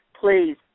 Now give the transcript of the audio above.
please